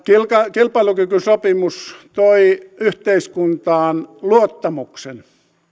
kilpailukykysopimus toi yhteiskuntaan luottamuksen